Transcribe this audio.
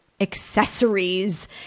accessories